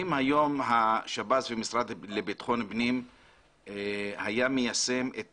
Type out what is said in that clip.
אם היום השב"ס והמשרד לבטחון פנים היה מיישם את